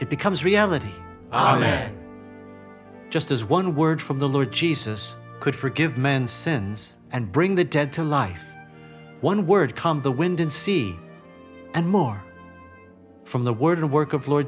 it becomes reality a man just as one word from the lord jesus could forgive man's sins and bring the dead to life one word come the wind in sea and more from the word a work of lord